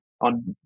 on